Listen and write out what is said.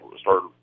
start